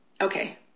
Okay